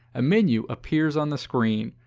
a menu appears on the screen.